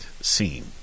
scene